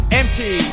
empty